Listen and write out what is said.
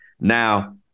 Now